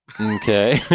Okay